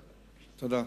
תודה.